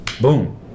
boom